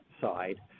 side